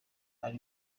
ari